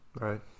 Right